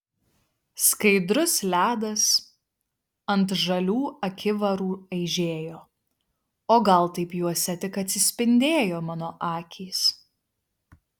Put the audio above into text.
skaidrus ledas ant žalių akivarų aižėjo o gal taip juose tik atsispindėjo mano akys